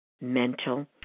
mental